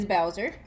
Bowser